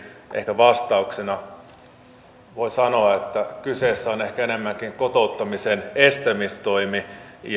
vastauksena voi sanoa että kyseessä on ehkä enemmänkin kotouttamisen estämistoimi